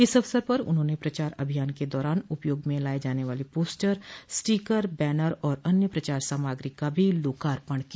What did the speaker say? इस अवसर पर उन्होंने प्रचार अभियान के दौरान उपयोग में लाये जाने वाले पोस्टर स्टीकर बैनर और अन्य प्रचार सामग्री का भी लोकार्पण किया